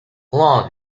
long